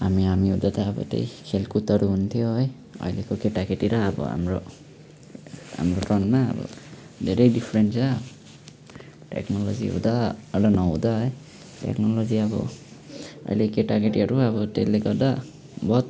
हामी हामी हुँदा त अब त्यही खेलकुदहरू हुन्थ्यो है अहिलेको त केटाकेटी र अब हाम्रो हाम्रो ट्रनमा अब धेरै डिफ्रेन्ट छ टेक्नोलजी हुँदा र नहुँदा है टेक्नोलजी अब अहिले केटाकेटीहरू अब त्यसले गर्दा बहुत